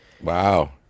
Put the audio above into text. wow